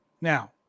Now